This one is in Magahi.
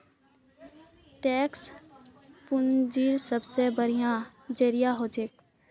टैक्स पूंजीर सबसे बढ़िया जरिया हछेक